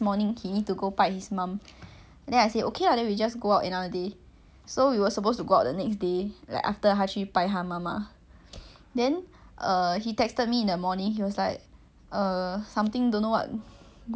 then err he texted me in the morning he was like err something don't know what good morning then he say I go do my stuff first then when end then I text you and I said okay then he disappeared for two hours then nevermind lah cause I thought he busy mah